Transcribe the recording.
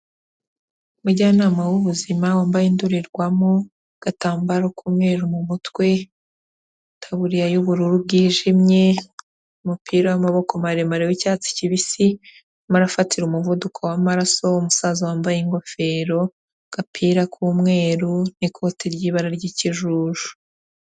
Umujyanama w'ubuzima wambaye indorerwamo, agatambaro k'umweru mu mutwe, itaburiya y'ubururu bwijimye, umupira w'amaboko maremare w'icyatsi kibisi, arimo arafatira umuvuduko w'amaraso umusaza wambaye ingofero, agapira k'umweru n'ikote ry'ibara ry'ikijuju.